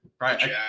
right